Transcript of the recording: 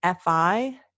FI